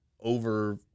over